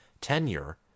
tenure